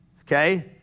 okay